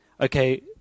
okay